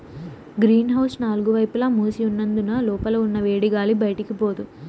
green house నాలుగు వైపులా మూసి ఉన్నందున లోపల ఉన్న వేడిగాలి బయటికి పోదు